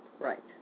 Right